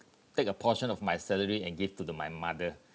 take a portion of my salary and give to the my mother